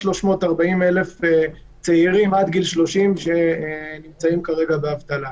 340,000 צעירים עד גיל 30 שנמצאים באבטלה.